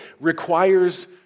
requires